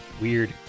weird